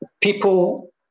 people